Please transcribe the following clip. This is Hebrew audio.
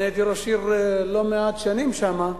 הייתי ראש עיר לא מעט שנים שם,